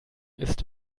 ist